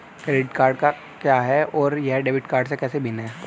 Credit card क्या है और यह डेबिट कार्ड से कैसे भिन्न है?